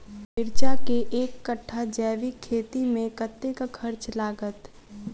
मिर्चा केँ एक कट्ठा जैविक खेती मे कतेक खर्च लागत?